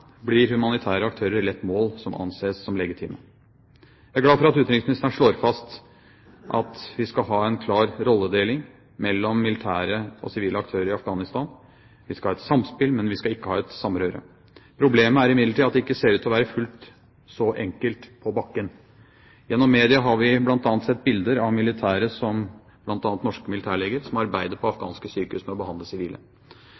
blir humanitære aktører lett mål som anses som legitime. Jeg er glad for at utenriksministeren slår fast at vi skal ha en klar rolledeling mellom militære og sivile aktører i Afghanistan. Vi skal ha et samspill, men vi skal ikke ha et samrøre. Problemet er imidlertid at det ikke ser ut til å være fullt så enkelt på bakken. Gjennom media har vi bl.a. sett bilder av militære, bl.a. norske militærleger, som arbeider på